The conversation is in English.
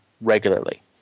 regularly